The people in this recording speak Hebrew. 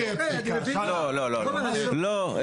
לא, לא, לא.